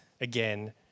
again